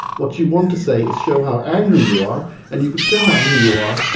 what you want to say is show how angry you are and you could show how angry you are,